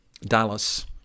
Dallas